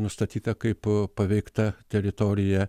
nustatyta kaip paveikta teritorija